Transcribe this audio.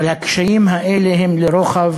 אבל הקשיים האלה הם לרוחב